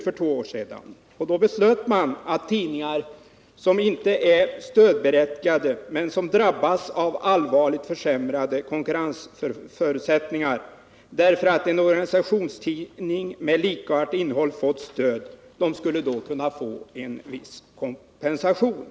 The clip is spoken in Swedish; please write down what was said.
För två år sedan beslöts det att tidningar som inte är stödberättigade men som drabbas av allvarligt försämrade konkurrensförutsättningar därför att en organisationstidning med likartat innehåll fått stöd skulle kunna få en viss kompensation.